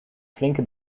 flinke